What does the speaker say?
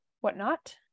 whatnot